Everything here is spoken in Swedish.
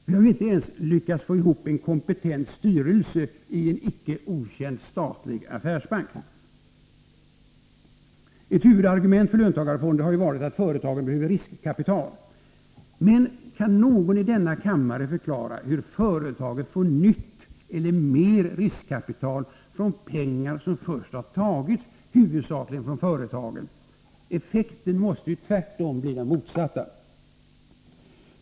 Vi har ju inte ens lyckats få ihop en kompetent styrelse i en icke okänd statlig affärsbank! Ett huvudargument för löntagarfonder har varit att företagen behöver riskkapital. Men kan någon i denna kammare förklara hur företagen får nytt eller mer riskkapital från pengar som först har tagits huvudsakligen från företagen? Effekten måste tvärtom bli den motsatta.